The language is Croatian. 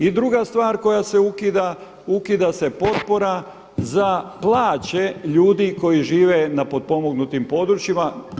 I druga stvar koja se ukida, ukida se potpora za plaće ljudi koji žive na potpomognutim područjima.